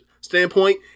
standpoint